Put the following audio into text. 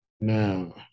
Now